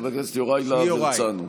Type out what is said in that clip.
חבר הכנסת יוראי להב הרצנו.